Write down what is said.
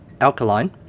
alkaline